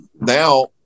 now